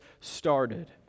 started